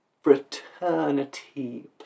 fraternity